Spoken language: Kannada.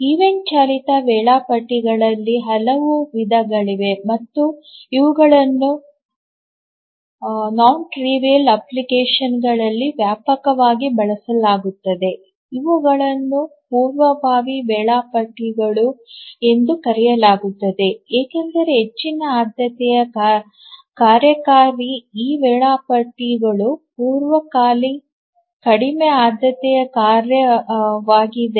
ಈವೆಂಟ್ ಚಾಲಿತ ವೇಳಾಪಟ್ಟಿಗಳಲ್ಲಿ ಹಲವು ವಿಧಗಳಿವೆ ಮತ್ತು ಇವುಗಳನ್ನು ಕ್ಷುಲ್ಲಕವಲ್ಲದ ಅಪ್ಲಿಕೇಶನ್ಗಳಲ್ಲಿ ವ್ಯಾಪಕವಾಗಿ ಬಳಸಲಾಗುತ್ತದೆ ಇವುಗಳನ್ನು ಪೂರ್ವಭಾವಿ ವೇಳಾಪಟ್ಟಿಗಳು ಎಂದು ಕರೆಯಲಾಗುತ್ತದೆ ಏಕೆಂದರೆ ಹೆಚ್ಚಿನ ಆದ್ಯತೆಯ ಕಾರ್ಯಕ್ಕಾಗಿ ಈ ವೇಳಾಪಟ್ಟಿಗಳು ಪೂರ್ವ ಖಾಲಿ ಕಡಿಮೆ ಆದ್ಯತೆಯ ಕಾರ್ಯವಾಗಿದೆ